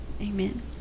Amen